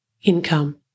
Income